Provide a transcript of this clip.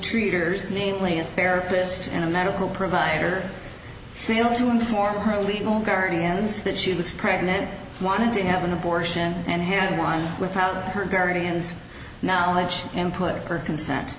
treaters namely a therapist and a medical provider sil to inform her legal guardians that she was pregnant wanting to have an abortion and hand one without her guardians knowledge and put her consent